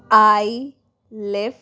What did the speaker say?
eye lift